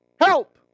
Help